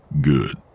Good